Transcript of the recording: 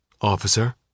Officer